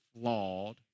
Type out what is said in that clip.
flawed